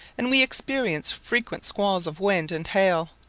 and we experience frequent squalls of wind and hail,